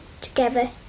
together